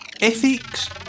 Ethics